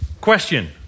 Question